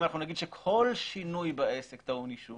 אם אנחנו נגיד שכל שינוי בעסק טעון אישור